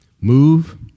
move